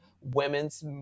women's